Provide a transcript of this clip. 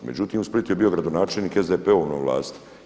Međutim, u Splitu je bio gradonačelnik SDP-ov na vlasti.